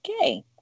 Okay